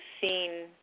seen